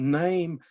name